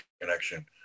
connection